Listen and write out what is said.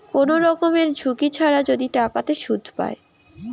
কোন রকমের ঝুঁকি ছাড়া যদি টাকাতে সুধ পায়